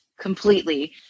completely